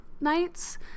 nights